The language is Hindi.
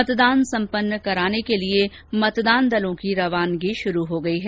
मतदान सम्पन्न कराने के लिए मतदान दलों की रवानगी शुरू हो गई है